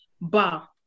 bar